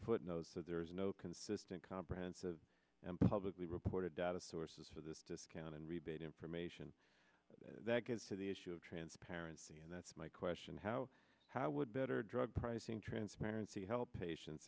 foot knows that there is no consistent comprehensive and publicly reported data sources for this discount and rebate information that gets to the issue of transparency and that's my question how how would better drug pricing transparency help patien